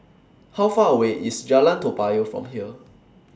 How Far away IS Jalan Toa Payoh from here